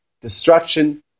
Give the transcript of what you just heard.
Destruction